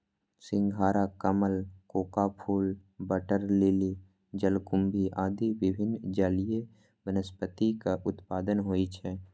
सिंघाड़ा, कमल, कोका फूल, वाटर लिली, जलकुंभी आदि विभिन्न जलीय वनस्पतिक उत्पादन होइ छै